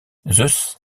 zeus